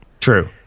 True